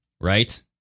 Right